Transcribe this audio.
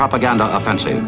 propaganda offensive